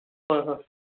ꯍꯣꯏ ꯍꯣꯏ